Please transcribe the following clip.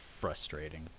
frustrating